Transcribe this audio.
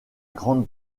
grande